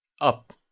up